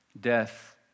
Death